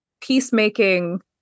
peacemaking